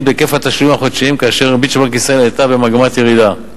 בהיקף התשלומים החודשיים כאשר הריבית של בנק ישראל היתה במגמת ירידה.